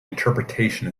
interpretation